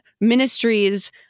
ministries